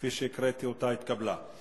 כפי שהקראתי אותה, התקבלה.